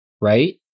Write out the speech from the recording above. right